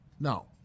No